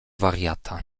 wariata